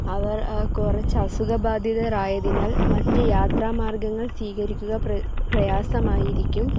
അവർ കുറച്ചസുഖബാധിതരായതിനാൽ മറ്റു യാത്ര മാർഗ്ഗങ്ങൾ സ്വീകരിക്കുക പ്രെ പ്രയാസമായിരിക്കും